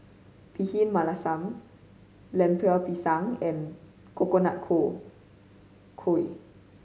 Bhindi Masala Lemper Pisang and Coconut Kuih